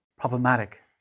problematic